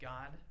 God